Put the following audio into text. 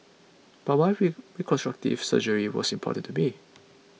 but my read reconstructive surgery was important to me